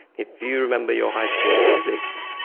if you remember your high school physics,